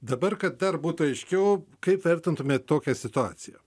dabar kad dar būtų aiškiau kaip vertintumėt tokią situaciją